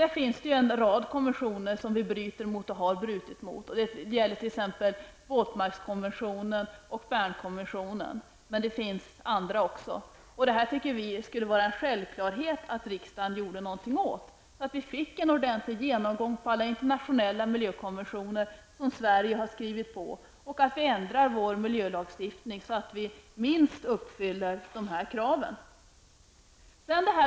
Det finns en rad konventioner som vi bryter emot och som vi har brutit emot. Det gäller exempelvis våtmarkskonventionen, Bernkonventionen och andra. Vi tycker att det skulle vara en självklarhet att riksdagen gjorde någonting här, så att vi kunde få en ordentlig genomgång av de internationella konventionersom Sverige har skrivit på och att vi kunde ändra vår miljölagstiftning så att vi åtminstone uppfyller de krav som ställs i dessa konventioner.